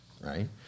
right